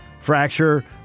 fracture